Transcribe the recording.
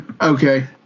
Okay